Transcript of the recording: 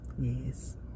Yes